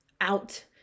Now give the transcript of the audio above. out